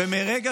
יום הרצל.